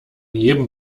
jedem